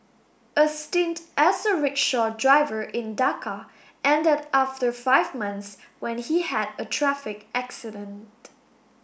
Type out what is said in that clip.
a stint as a rickshaw driver in Dhaka ended after five months when he had a traffic accident